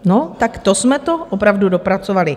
No tak to jsme to opravdu dopracovali.